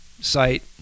site